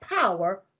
power